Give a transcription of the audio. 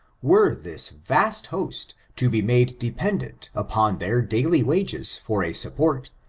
were this vast host to be made dependent upon their daily wages for a support,